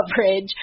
coverage